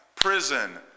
prison